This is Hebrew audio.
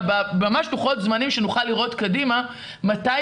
ממש לוחות זמנים שנוכל לראות קדימה מתי